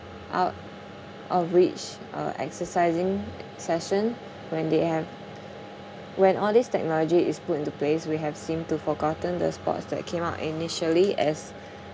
out of which uh exercising session when they have when all this technology is put into place we have seem to forgotten the sports that came out initially as